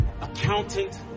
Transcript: Accountant